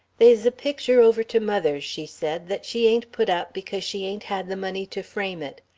they's a picture over to mother's, she said, that she ain't put up because she ain't had the money to frame it.